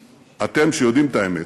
אתם, שיודעים את האמת,